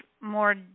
more